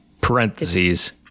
parentheses